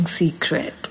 secret